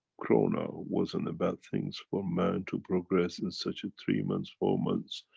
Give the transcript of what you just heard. corona wasn't about things for man to progress in such a three months, four months,